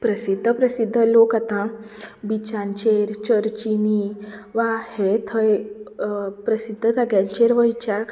प्रसिध्द प्रसिध्द लोक आतां बीचांचेर चर्चिनीं वा हेर थंय प्रसिध्द जाग्यांचेर वयच्याक